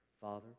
Father